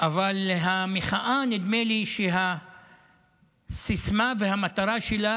אבל המחאה, נדמה לי שהסיסמה שלה, והמטרה,